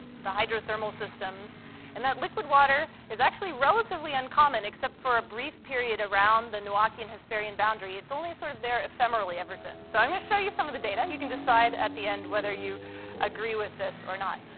the hydrothermal systems and that liquid water is actually relatively uncommon except for a brief period around the noachian-hesperian boundary. it's only sort of there ephemerally ever since. so i'm gonna show you some of the data. you can decide at the end whether you agree with this or not.